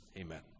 Amen